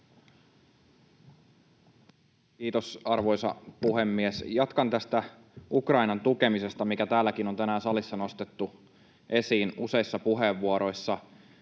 Kiitos, arvoisa puhemies! Jatkan tästä Ukrainan tukemisesta, mikä täällä salissakin on tänään nostettu esiin useissa puheenvuoroissa.